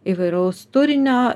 įvairaus turinio